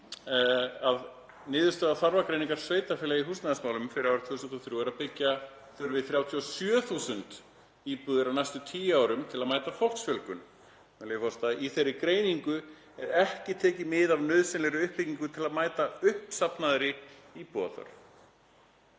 að niðurstaða þarfagreiningar sveitarfélaga í húsnæðismálum fyrir árið 2023 er að byggja þurfi 37.000 íbúðir á næstu tíu árum til að mæta fólksfjölgun, með leyfi forseta: „Í þeirri greiningu er ekki tekið mið af nauðsynlegri uppbyggingu til að mæta uppsafnaðri íbúðaþörf